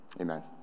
Amen